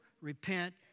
repent